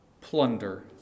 plunder